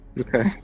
Okay